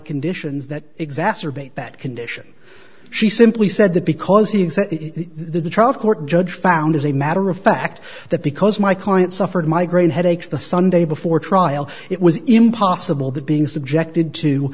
conditions that exacerbate that condition she simply said that because even though the trial court judge found as a matter of fact that because my client suffered migraine headaches the sunday before trial it was impossible that being subjected to